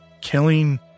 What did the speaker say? killing